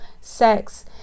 sex